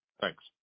Thanks